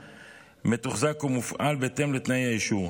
מתוחזק ומופעל בהתאם לתנאי האישור.